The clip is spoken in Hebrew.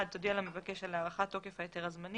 "(1)תודיע למבקש על הארכת תוקף ההיתר הזמני.